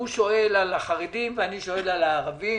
הוא שואל על החרדים ואני שואל על הערבים.